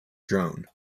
drone